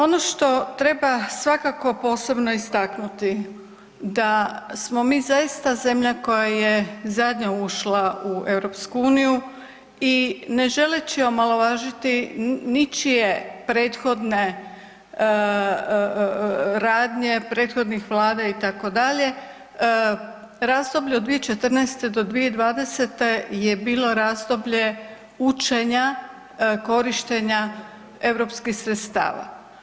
Ono što treba svakako posebno istaknuti da smo mi zaista zemlja koja je zadnja ušla u EU i ne želeći omalovažiti ničije prethodne radnje, prethodnih vlada itd., razdoblje od 2014.-2020. je bilo razdoblje učenja korištenja europskih sredstava.